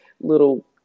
little